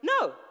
No